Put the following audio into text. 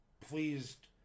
pleased